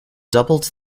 doubled